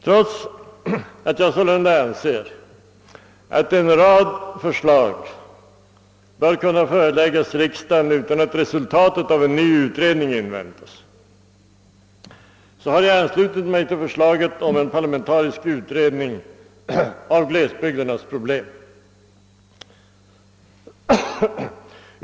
Trots att jag sålunda anser att en rad förslag bör kunna föreläggas riksdagen utan att resultatet av en ny utredning inväntas har jag anslutit mig till förslaget om en parlamentarisk utredning av glesbygdernas problem.